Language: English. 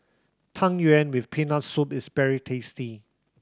Tang Yuen with Peanut Soup is very tasty